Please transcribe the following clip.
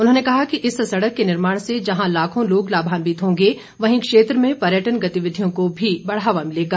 उन्होंने कहा कि इस सड़क के निर्माण से जहां लाखों लोग लाभान्वित होंगे वहीं क्षेत्र में पर्यटन गतिविधियों को भी बढ़ावा मिलेगा